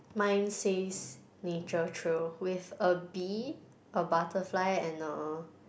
mine says nature trail with a bee a butterfly and a